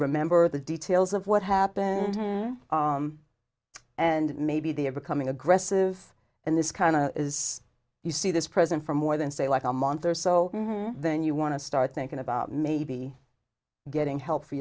remember the details of what happened and maybe they're becoming aggressive and this kind of is you see this present for more than say like a month or so then you want to start thinking about maybe getting help for